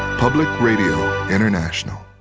public radio international.